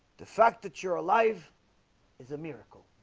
the fact that you're alive is a miracle